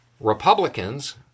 Republicans